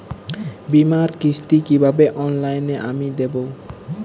বীমার কিস্তি কিভাবে অনলাইনে আমি দেবো?